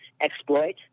exploit